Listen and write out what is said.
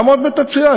תעמוד ותציע.